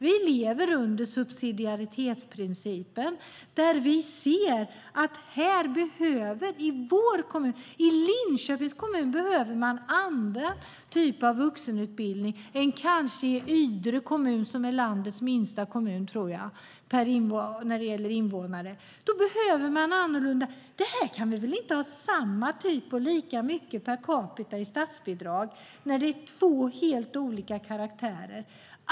Vi lever under subsidiaritetsprincipen där vi ser att i vår kommun, i Linköpings kommun, behöver man andra typer av vuxenutbildning än man kanske gör i Ydre kommun som jag tror är landets minsta kommun när det gäller invånare. Då behöver man något annorlunda. Vi kan väl inte ha samma typ av och lika mycket i statsbidrag per capita när det är två helt olika karaktärer.